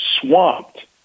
swamped